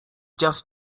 just